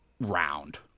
round